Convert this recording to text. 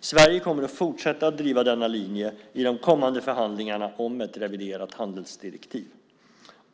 Sverige kommer att fortsätta att driva denna linje i de kommande förhandlingarna om ett reviderat handelsdirektiv.